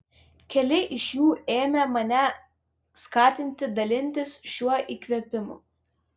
keli iš jų ėmė mane skatinti dalintis šiuo įkvėpimu